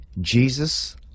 Jesus